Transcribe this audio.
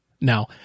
Now